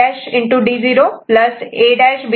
D1 ABCD'